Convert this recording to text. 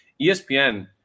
ESPN